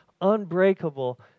unbreakable